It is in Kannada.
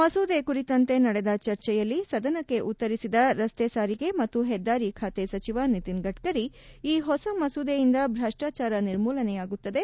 ಮಸೂದೆ ಕುರಿತಂತೆ ನಡೆದ ಚರ್ಚೆಯಲ್ಲಿ ಸದನಕ್ಕೆ ಉತ್ತರಿಸಿದ ರಸ್ತೆ ಸಾರಿಗೆ ಮತ್ತು ಹೆದ್ದಾರಿ ಖಾತೆ ಸಚಿವ ನಿತಿನ್ ಗಡ್ಡರಿ ಈ ಹೊಸ ಮಸೂದೆಯಿಂದ ಭೃಷ್ಲಾಚಾರ ನಿರ್ಮೂಲನೆಯಾಗುತ್ತದೆ